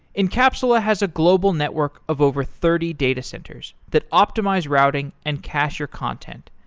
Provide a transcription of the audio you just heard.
encapsula has a global network of over thirty data centers that optimize routing and cacher content.